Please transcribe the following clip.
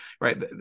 right